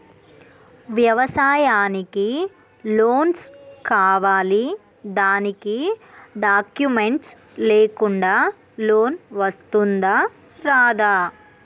వ్యవసాయానికి లోన్స్ కావాలి దానికి డాక్యుమెంట్స్ లేకుండా లోన్ వస్తుందా రాదా?